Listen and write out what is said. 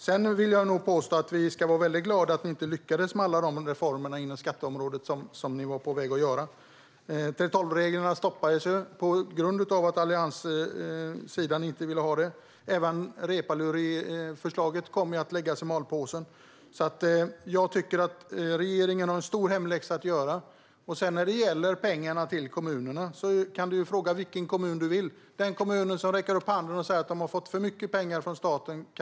Sedan vill jag nog påstå att vi ska vara väldigt glada över att ni inte lyckades med alla de reformer på skatteområdet som ni var på väg att göra. 3:12-reglerna stoppades eftersom Alliansen inte ville ha dem. Även Reepalus förslag kom att läggas i malpåse. Regeringen har en stor hemläxa att göra. När det gäller pengar till kommunerna kan du fråga vilken kommun som helst. Du kan mejla till mig och tala om vilken kommun som tycker att man har fått för mycket pengar av staten.